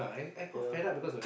ya